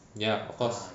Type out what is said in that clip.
ya of course